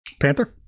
Panther